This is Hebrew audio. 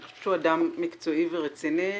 אני חושבת שהוא אדם מקצועי ורציני.